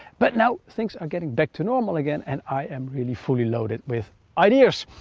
but now things are getting back to normal again and i am really fully loaded with ideas.